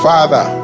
Father